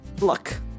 look